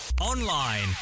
Online